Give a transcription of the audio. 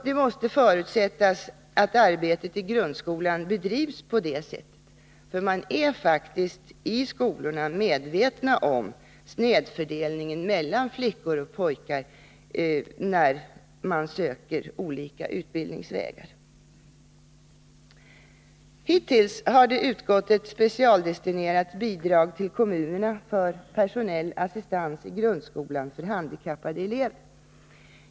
Det måste förutsättas att arbetet i grundskolan bedrivs på det sättet, för man är faktiskt i skolorna medveten om snedfördelningen mellan flickor och pojkar när det gäller att söka olika utbildningsvägar. Hittills har det utgått ett specialdestinerat bidrag till kommunerna för Nr 120 personell assistans i grundskolan för handikappade elever.